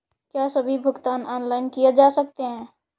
क्या सभी भुगतान ऑनलाइन किए जा सकते हैं?